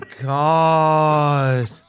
God